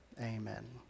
Amen